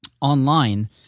Online